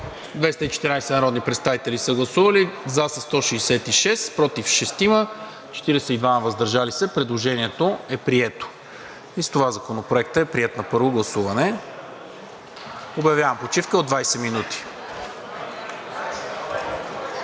214 народни представители: за 166, против 6, въздържали се 42. Предложението е прието и с това Законопроектът е приет на първо гласуване. Обявявам почивка от 20 минути.